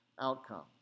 outcome